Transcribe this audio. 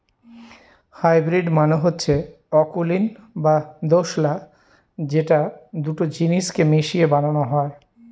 hybrid মানে হচ্ছে অকুলীন বা দোঁশলা যেটা দুটো জিনিস কে মিশিয়ে বানানো হয়